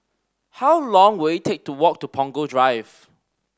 how long will it take to walk to Punggol Drive